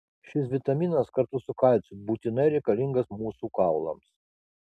šis vitaminas kartu su kalciu būtinai reikalingas mūsų kaulams